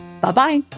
Bye-bye